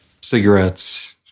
cigarettes